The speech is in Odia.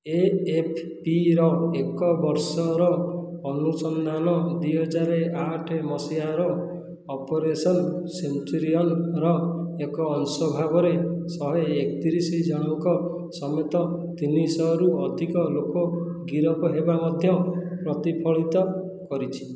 ଏଏଫ୍ପିର ଏକ ବର୍ଷର ଅନୁସନ୍ଧାନ ଦୁଇ ହଜାର ଆଠ ମସିହାର ଅପରେସନ୍ ସେଞ୍ଚୁରିଅନ୍ର ଏକ ଅଂଶ ଭାବରେ ଶହେ ଏକତିରିଶ ଜଣଙ୍କ ସମେତ ତିନିଶହରୁ ଅଧିକ ଲୋକ ଗିରଫ ହେବା ମଧ୍ୟ ପ୍ରତିଫଳିତ କରିଛି